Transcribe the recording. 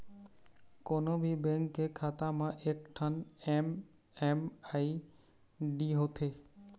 कोनो भी बेंक के खाता म एकठन एम.एम.आई.डी होथे